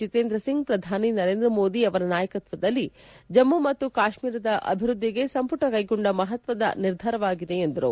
ಜಿತೇಂದ್ರ ಸಿಂಗ್ ಪ್ರಧಾನಿ ನರೇಂದ್ರ ಮೋದಿ ಅವರ ನಾಯಕತ್ವದಲ್ಲಿ ಜಮ್ಮ ಮತ್ತು ಕಾಶ್ಮೀರದ ಅಭಿವೃದ್ದಿಗೆ ಸಂಪುಟ ಕೈಗೊಂಡ ಮಹತ್ವದ ನಿರ್ಧಾರವಾಗಿದೆ ಎಂದರು